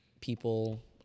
people